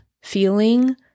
feeling